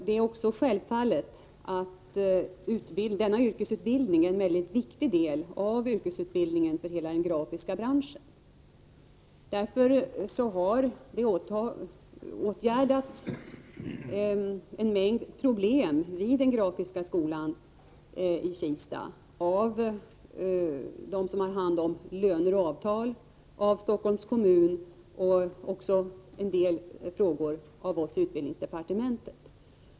Det är också självklart att denna yrkesutbildning är en mycket viktig del av yrkesutbildningen för hela den grafiska branschen. Därför har en mängd problem vid Grafiska skolan i Kista åtgärdats — av dem som har hand om löner och avtal, av Stockholms kommun och i en del fall av oss på utbildningsdepartementet.